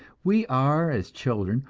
we are as children,